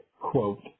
quote